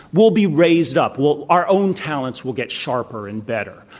we'll be raised up. we'll our own talents will get sharper and better.